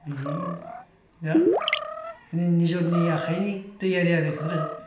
बे बिराद माने निजेनि आखाइनि थैयारि आरो बेफोरो